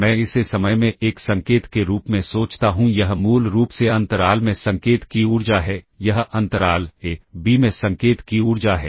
मैं इसे समय में एक संकेत के रूप में सोचता हूं यह मूल रूप से अंतराल में संकेत की ऊर्जा है यह अंतराल ए बी में संकेत की ऊर्जा है